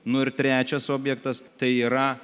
nu ir trečias objektas tai yra